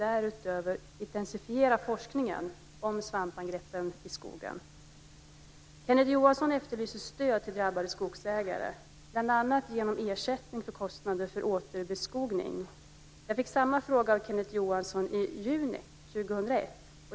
Kenneth Johansson efterlyser stöd till drabbade skogsägare, bl.a. genom ersättning för kostnader för återbeskogning. Jag fick samma fråga av Kenneth Johansson i juni 2001.